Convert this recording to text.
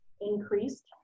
increased